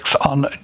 on